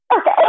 Okay